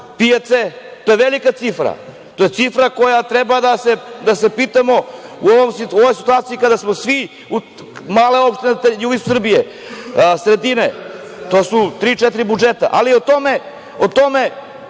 pijace, to je velika cifra. To je cifra koja treba da se pitamo u ovoj situaciji kada smo svi, male opštine na jugoistoku Srbije, sredine, to su tri, četiri budžeta. Ali o tome